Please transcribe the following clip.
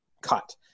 cut